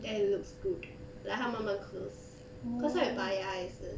then it looks good like 它慢慢 close cause 他有拔牙也是